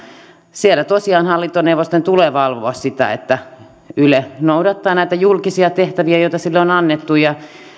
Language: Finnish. tosiaan hallintoneuvoston tulee valvoa sitä että yle noudattaa näitä julkisia tehtäviä joita sille on annettu ja